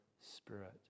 Spirit